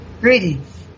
Greetings